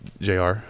JR